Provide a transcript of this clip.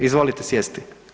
Izvolite sjesti.